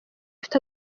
ifite